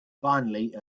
finally